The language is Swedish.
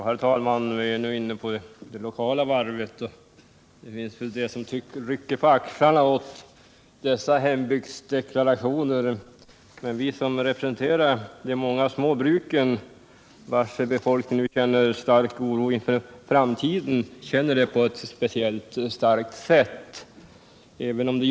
Herr talman! Vi är nu inne på det lokala varvet, och det finns väl de som rycker på axlarna åt dessa hembygdsdeklarationer. Men vi som representerar de många små bruken, vilkas befolkning i dag hyser verklig oro inför framtiden, känner speciellt starkt för deras situation.